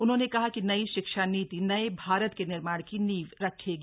उन्होंने कहा कि नई शिक्षा नीति नये भारत के निर्माण की नींव रखेगी